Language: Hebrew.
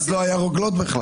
אבל אז לא היה רוגלות בכלל.